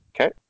Okay